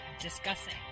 discussing